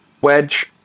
Wedge